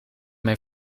mijn